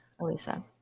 alisa